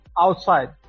Outside